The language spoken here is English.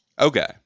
Okay